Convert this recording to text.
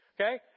Okay